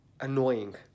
annoying